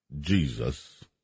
Jesus